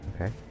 Okay